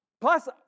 Plus